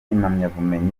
impamyabumenyi